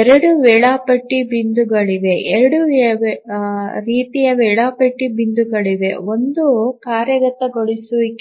ಎರಡು ವೇಳಾಪಟ್ಟಿ ಬಿಂದುಗಳಿವೆ ಎರಡು ರೀತಿಯ ವೇಳಾಪಟ್ಟಿ ಬಿಂದುಗಳಿವೆ ಒಂದು ಕಾರ್ಯ ಪೂರ್ಣಗೊಳಿಸುವಿಕೆ